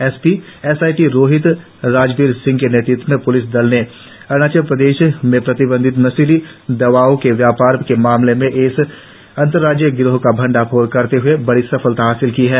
SP SIT Rohit Rajbir Singh के नेतृत्व में प्लिस दल ने अरुणाचल प्रदेश में प्रतिबंधित नशीली दवाओं के व्यापार के मामले में इस अंतर्राज्यीय गिरोह का भंडाफोड़ करते हए बड़ी सफलता हासिल की है